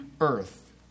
earth